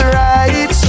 right